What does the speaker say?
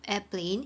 airplane